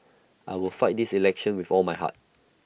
I will fight this election with all my heart